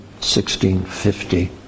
1650